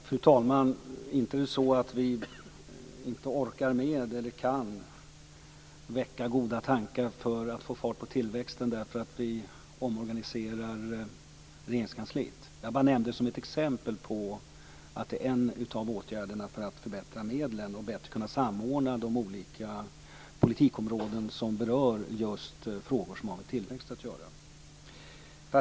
Fru talman! Det är inte så att vi inte orkar med, eller inte kan, att väcka goda tankar för att få fart på tillväxten därför att vi omorganiserar Regeringskansliet. Jag bara nämnde det som ett exempel. Det är en av åtgärderna för att förbättra medlen och bättre kunna samordna de olika politikområden som berör just frågor som har med tillväxt att göra.